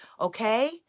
okay